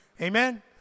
Amen